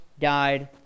died